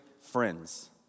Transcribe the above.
friends